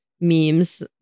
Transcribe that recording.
memes